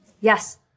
Yes